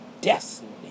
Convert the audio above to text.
destiny